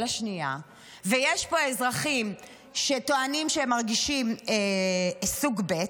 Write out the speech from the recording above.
השנייה ויש פה אזרחים שטוענים שהם מרגישים סוג ב'